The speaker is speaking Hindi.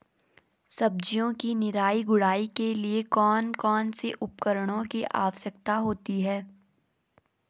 सब्जियों की निराई गुड़ाई के लिए कौन कौन से उपकरणों की आवश्यकता होती है?